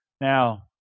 now